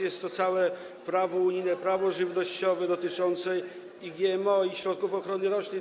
Jest to całe prawo unijne, prawo żywnościowe dotyczące i GMO, i środków ochrony roślin.